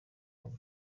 young